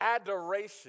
adoration